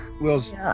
Wills